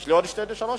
יש לי עוד שלוש דקות.